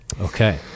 Okay